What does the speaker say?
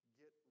get